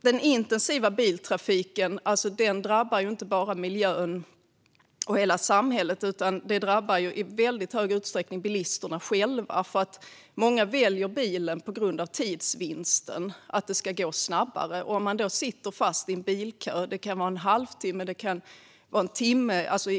Den intensiva biltrafiken drabbar inte bara miljön och hela samhället, utan den drabbar i väldigt stor utsträckning bilisterna själva. Många väljer bilen på grund av tidsvinsten - för att det ska gå snabbare. Om folk då sitter fast i en bilkö, kanske i en halvtimme eller i en timme, tappar de den tidsvinsten.